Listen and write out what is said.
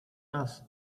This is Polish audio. raz